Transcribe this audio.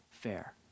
fair